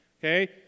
Okay